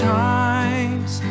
times